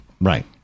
Right